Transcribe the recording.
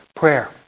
prayer